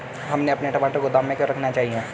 हमें अपने टमाटर गोदाम में क्यों रखने चाहिए?